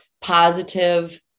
positive